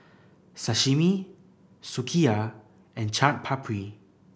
Sashimi Sukiyaki and Chaat Papri